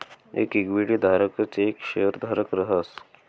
येक इक्विटी धारकच येक शेयरधारक रहास